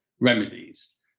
remedies